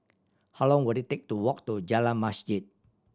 how long will it take to walk to Jalan Masjid